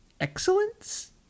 excellence